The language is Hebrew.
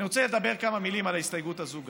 אני רוצה לומר כמה מילים גם על ההסתייגות הזו.